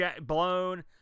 blown